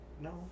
No